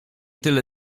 tyle